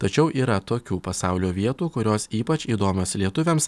tačiau yra tokių pasaulio vietų kurios ypač įdomios lietuviams